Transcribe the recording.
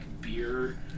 beer